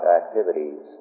activities